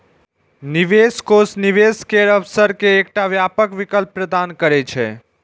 निवेश कोष निवेश केर अवसर के एकटा व्यापक विकल्प प्रदान करै छै